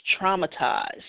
traumatized